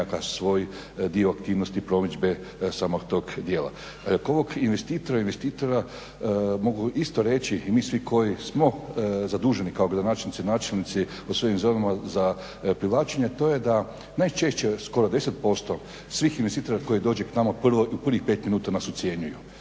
svoj dio aktivnosti, promidžbe samog tog dijela. Oko ovog investitora mogu isto reći i mi svi koji smo zaduženi kao gradonačelnici, načelnici u svojim zonama za privlačenje to je da najčešće skoro 10% svih investitora koji dođe k nama u prvih pet minuta nas ucjenjuju.